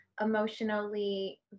emotionally